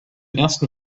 ersten